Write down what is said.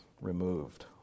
removed